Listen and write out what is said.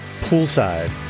Poolside